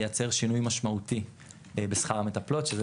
ייצר שינוי משמעותי בשכר המטפלות שזה